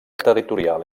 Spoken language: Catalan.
territorial